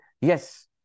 yes